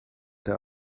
der